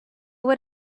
what